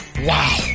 Wow